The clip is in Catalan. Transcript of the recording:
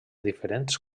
diferents